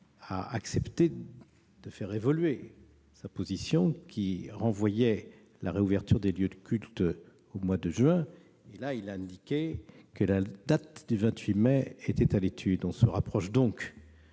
a accepté de faire évoluer sa position, qui renvoyait à l'origine la réouverture des lieux de culte au mois de juin : il nous a indiqué que la date du 28 mai était désormais à l'étude. On se rapproche donc